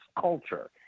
culture